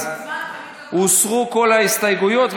אז הוסרו כל ההסתייגויות.